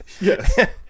Yes